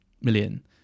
million